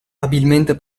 abilmente